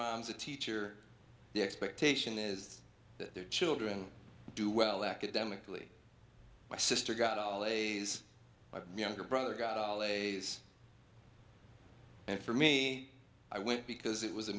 mom's a teacher the expectation is that their children do well academically my sister got all a's my younger brother got all a's and for me i went because it